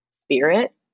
spirit